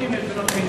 (תיקון מס' 49)